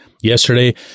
yesterday